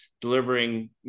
delivering